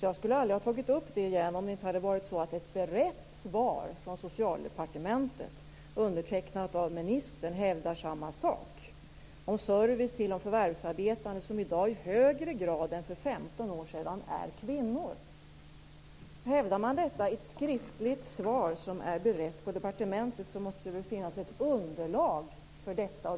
Jag skulle inte ha tagit upp det igen, om man inte i ett berett svar från Socialdepartementet, undertecknat av ministern, hävdar samma sak. Där resoneras om service till de förvärvsarbetande, som i dag i högre grad än för 15 år sedan skulle vara kvinnor. Hävdar man detta i ett skriftligt svar som är berett på departementet, måste det väl finnas ett underlag för detta.